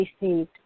received